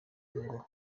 ngo